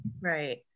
Right